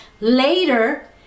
Later